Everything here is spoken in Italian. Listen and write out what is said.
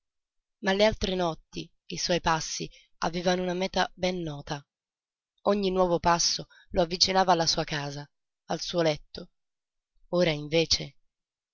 ma le altre notti i suoi passi avevano una meta ben nota ogni nuovo passo lo avvicinava alla sua casa al suo letto ora invece